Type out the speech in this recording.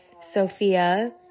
Sophia